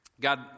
God